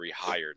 rehired